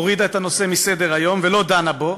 הורידה את הנושא מסדר-היום ולא דנה בו,